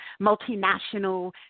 multinational